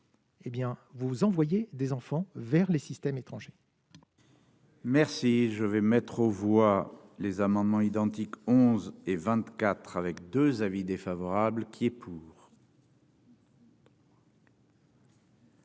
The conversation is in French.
vous envoyez des enfants vers les systèmes étrangers. Merci, je vais mettre aux voix les amendements identiques 11 et 24 avec 2 avis défavorables qui est pour.